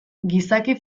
gizaki